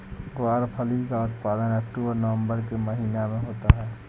ग्वारफली का उत्पादन अक्टूबर नवंबर के महीने में होता है